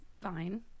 fine